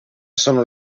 sono